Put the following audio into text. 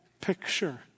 picture